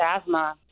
asthma